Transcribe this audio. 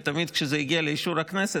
ותמיד כשזה הגיע לאישור הכנסת,